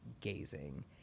gazing